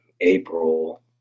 April